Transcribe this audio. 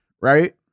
right